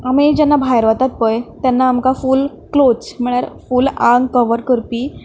आमी जेन्ना भायर वतात पळय तेन्ना आमकां फूल क्लोत्स म्हळ्यार फूल आंग कवर करपी